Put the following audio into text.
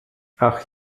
ach